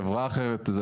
חברה אחרת,